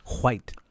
White